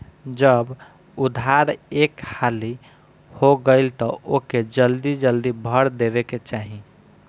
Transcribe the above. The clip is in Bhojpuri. जब उधार एक हाली हो गईल तअ ओके जल्दी जल्दी भर देवे के चाही